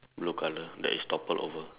blue color that is toppled over